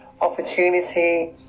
opportunity